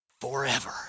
forever